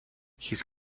his